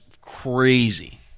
crazy